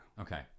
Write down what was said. Okay